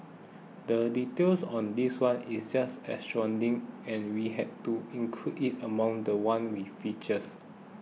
the details on this one is just astounding and we had to include it among the ones we featured